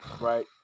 Right